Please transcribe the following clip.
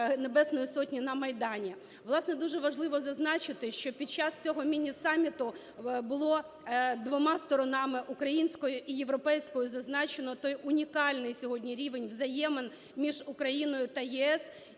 Небесної Сотні на Майдані. Власне, дуже важливо зазначити, що під час цього міні-саміту було двома сторонами – української і європейської – зазначено той унікальний сьогодні рівень взаємин між Україною та ЄС